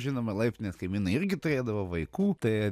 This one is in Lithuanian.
žinoma laiptinės kaimynai irgi turėdavo vaikų tai